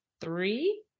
three